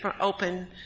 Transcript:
open